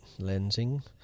lensing